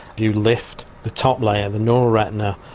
you lift the top layer, the normal retina,